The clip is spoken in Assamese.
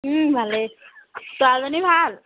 ভালেই ছোৱালীজনীৰ ভাল